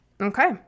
okay